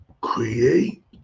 create